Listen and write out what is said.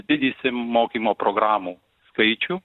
didysim mokymo programų skaičių